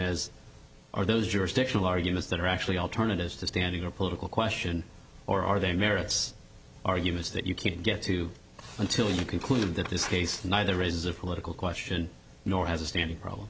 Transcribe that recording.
is are those jurisdictional arguments that are actually alternatives to standing a political question or are they merits arguments that you can't get to until you conclude that this case neither is a political question nor has a standing pro